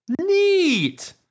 Neat